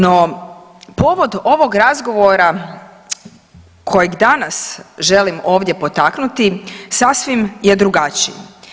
No povod ovog razgovora kojeg danas želim ovdje potaknuti sasvim je drugačiji.